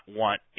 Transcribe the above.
want